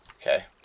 Okay